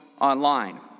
online